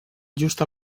just